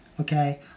okay